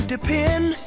depend